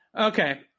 Okay